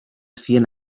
cien